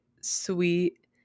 sweet